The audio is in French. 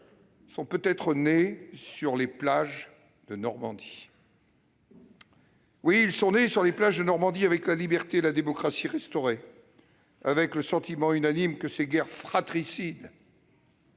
sont peut-être nés sur les plages de Normandie. Oui, ils sont nés sur les plages de Normandie, avec la liberté et la démocratie restaurées, avec le sentiment unanime que ces guerres fratricides